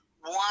one